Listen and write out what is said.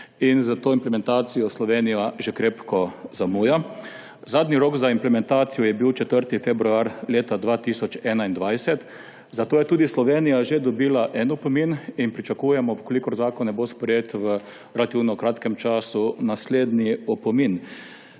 S to implementacijo Slovenija že krepko zamuja. Zadnji rok za implementacijo je bil 4. februar leta 2021, zato je tudi Slovenija že dobila en opomin in pričakujemo, če zakon ne bo sprejet, v relativno kratkem času naslednji opomin.